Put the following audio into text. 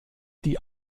die